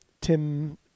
Tim